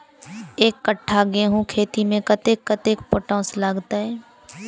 एक कट्ठा गेंहूँ खेती मे कतेक कतेक पोटाश लागतै?